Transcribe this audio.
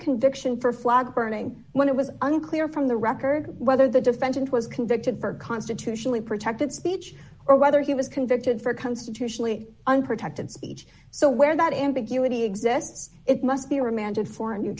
conviction for flag burning when it was unclear from the record whether the defendant was convicted for constitutionally protected speech or whether he was convicted for constitutionally unprotected speech so where that ambiguity exists it must be remanded for